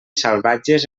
salvatges